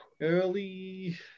early